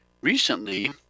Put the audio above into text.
recently